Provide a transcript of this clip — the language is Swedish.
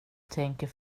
tänker